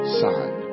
side